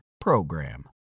PROGRAM